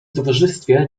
towarzystwie